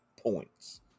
points